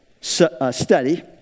study